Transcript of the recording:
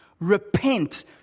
repent